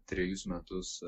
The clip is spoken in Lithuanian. trejus metus